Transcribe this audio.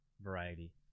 variety